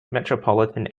metropolitan